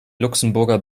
luxemburger